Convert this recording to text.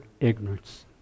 ignorance